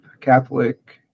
Catholic